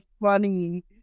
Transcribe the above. funny